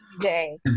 today